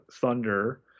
Thunder